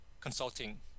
Consulting